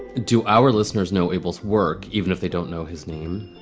do our listeners know abels work even if they don't know his name?